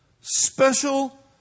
special